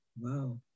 Wow